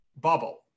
bubble